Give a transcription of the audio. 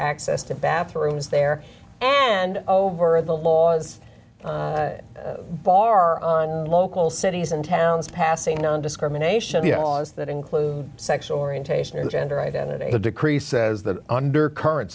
access to bathrooms there and over the laws d bar on local cities and towns passing nondiscrimination the i was that include sexual orientation or gender identity decree says that under current